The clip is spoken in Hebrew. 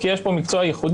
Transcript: כי יש פה מקצוע ייחודי.